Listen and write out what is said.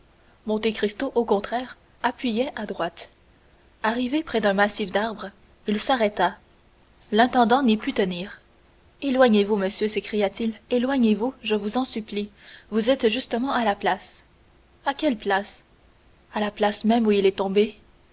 gauche monte cristo au contraire appuyait à droite arrivé près d'un massif d'arbres il s'arrêta l'intendant n'y put tenir éloignez-vous monsieur s'écria-t-il éloignez-vous je vous en supplie vous êtes justement à la place à quelle place à la place même où il est tombé